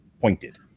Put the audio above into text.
pointed